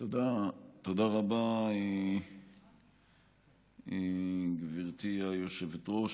תודה רבה, גברתי היושבת-ראש.